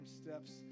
steps